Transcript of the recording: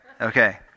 Okay